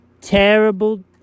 terrible